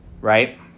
right